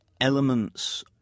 elements